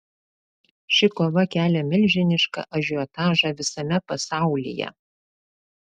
ši kova kelia milžinišką ažiotažą visame pasaulyje